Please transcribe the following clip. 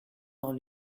dans